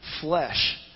Flesh